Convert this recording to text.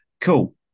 Cool